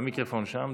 מהמיקרופון שם.